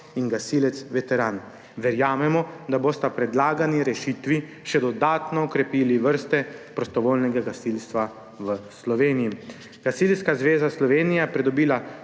ter gasilec veteran. Verjamemo, da bosta predlagani rešitvi še dodatno okrepili vrste prostovoljnega gasilstva v Sloveniji. Gasilska zveza Slovenije je pridobila